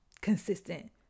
consistent